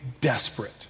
desperate